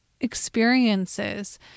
experiences